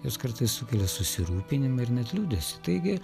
jos kartais sukelia susirūpinimą ir net liūdesį taigi